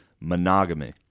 Monogamy